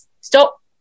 stop